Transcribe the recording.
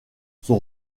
son